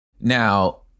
Now